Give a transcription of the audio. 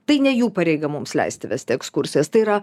tai ne jų pareiga mums leisti vesti ekskursijas tai yra